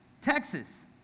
Texas